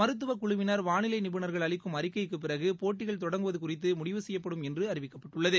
மருத்துவக் குழுவினர் வாளிலை நிபுணர்கள் அளிக்கும் அறிக்கைக்கு பிறகு போட்டிகள் தொடங்குவது குறித்து முடிவு செய்யப்படும் என்று அறிவிக்கப்பட்டுள்ளது